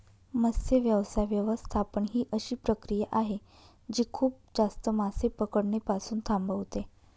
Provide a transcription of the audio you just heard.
मत्स्य व्यवसाय व्यवस्थापन ही अशी प्रक्रिया आहे जी खूप जास्त मासे पकडणे पासून थांबवते